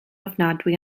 ofnadwy